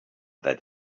that